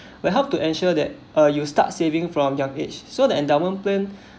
will help to ensure that uh you start saving from young age so that endowment plan